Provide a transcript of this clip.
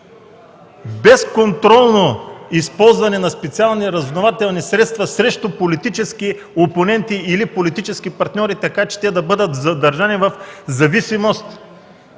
безконтролно използване на специални разузнавателни средства срещу политически опоненти или политически партньори, така че те да бъдат задържани в зависимост.